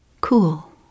cool